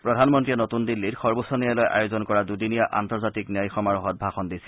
প্ৰধানমন্ত্ৰীয়ে নতুন দিল্লীত সৰ্বোচ্চ ন্যায়ালয়ে আয়োজন কৰা দুদিনীয়া আন্তৰ্জাতিক ন্যায়িক সমাৰোহত ভাষণ দিছিল